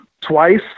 twice